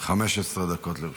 15 דקות לרשותך.